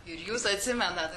ir jūs atsimenat